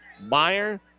Meyer